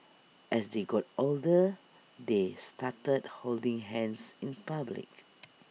as they got older they started holding hands in public